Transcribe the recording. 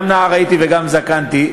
גם נער הייתי וגם זקנתי,